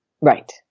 Right